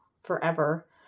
forever